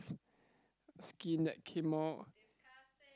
skin that came out